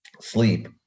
sleep